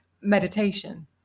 meditation